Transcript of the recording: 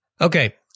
Okay